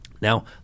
Now